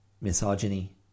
misogyny